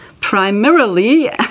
primarily